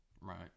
right